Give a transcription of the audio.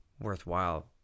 worthwhile